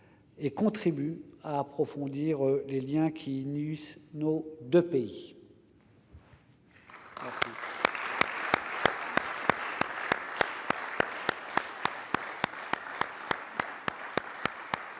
et contribue à approfondir les liens qui unissent nos deux pays. Nous